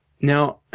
Now